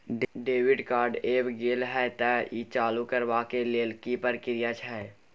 Debit card ऐब गेल हैं त ई चालू करबा के लेल की प्रक्रिया छै?